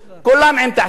כולן עם תעשייה.